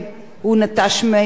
בתום כמה חודשים.